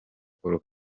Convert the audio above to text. paul